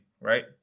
right